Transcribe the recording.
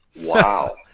Wow